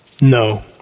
No